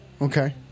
Okay